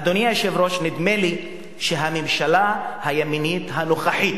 אדוני היושב-ראש, נדמה לי שהממשלה הימנית הנוכחית